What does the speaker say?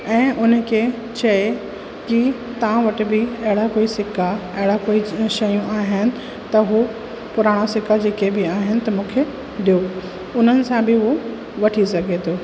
ऐं हुनखे चवे कि तव्हां वटि बि अहिड़ा कोई सिक्का अहिड़ा कोई शयूं आहिनि त हू पुराणा सिक्का जेके बि आहिनि त मूंखे ॾियो उन्हनि सां बि उहो वठी सघे थो